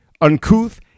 uncouth